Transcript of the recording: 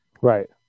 Right